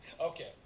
Okay